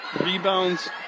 rebounds